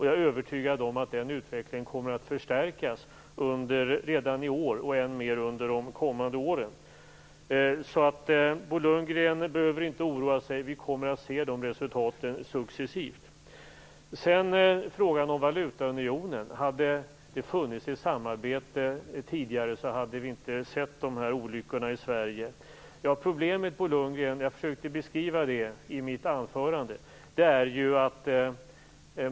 Jag är övertygad om att den utvecklingen kommer att förstärkas redan i år, och än mer under de kommande åren. Bo Lundgren behöver inte oroa sig. Vi kommer att se de resultaten successivt. Det ställdes en fråga om valutaunionen. Hade det funnits ett samarbete tidigare hade vi inte sett dessa olyckor i Sverige, sade Bo Lundgren. Jag försökte beskriva problemet i mitt anförande.